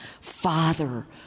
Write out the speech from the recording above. Father